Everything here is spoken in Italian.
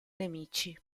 nemici